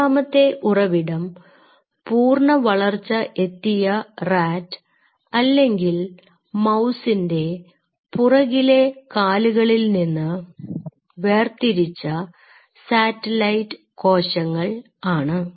രണ്ടാമത്തെ ഉറവിടം പൂർണ വളർച്ച എത്തിയ റാറ്റ് അല്ലെങ്കിൽ മൌസിന്റെ പുറകിലെ കാലുകളിൽ നിന്ന് വേർതിരിച്ച സാറ്റലൈറ്റ് കോശങ്ങൾ ആണ്